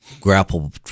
grapple